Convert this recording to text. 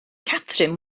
catrin